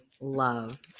love